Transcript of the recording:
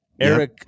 Eric